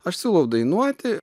aš siūlau dainuoti